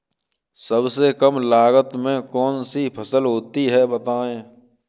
सबसे कम लागत में कौन सी फसल होती है बताएँ?